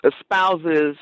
espouses